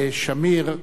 או ביקש להימנע,